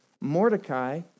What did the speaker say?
Mordecai